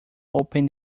open